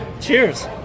Cheers